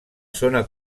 zona